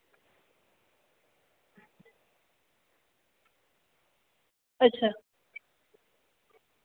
अच्छा